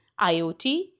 IoT